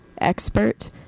expert